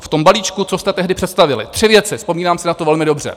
V balíčku, co jste tehdy představili, tři věci, vzpomínám si na to velmi dobře.